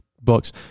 books